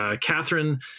Catherine